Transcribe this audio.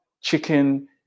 chicken